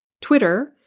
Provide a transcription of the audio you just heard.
Twitter